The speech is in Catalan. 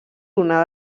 una